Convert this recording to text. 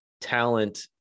talent